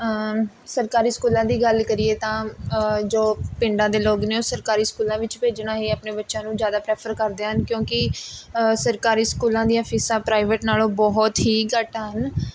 ਸਰਕਾਰੀ ਸਕੂਲਾਂ ਦੀ ਗੱਲ਼ ਕਰੀਏ ਤਾਂ ਜੋ ਪਿੰਡਾਂ ਦੇ ਲੋਗ ਨੇ ਉਹ ਸਰਕਾਰੀ ਸਕੂਲਾਂ ਵਿੱਚ ਭੇਜਣਾ ਹੀ ਆਪਣੇ ਬੱਚਿਆਂ ਨੂੰ ਜ਼ਿਆਦਾ ਪ੍ਰੈਫਰ ਕਰਦੇ ਹਨ ਕਿਉਂਕਿ ਸਰਕਾਰੀ ਸਕੂਲਾਂ ਦੀਆਂ ਫੀਸਾਂ ਪ੍ਰਾਈਵੇਟ ਨਾਲੋਂ ਬਹੁਤ ਹੀ ਘੱਟ ਹਨ